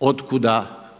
od kuda